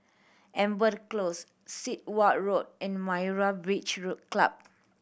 Amber Close Sit Wah Road and Myra Beach Club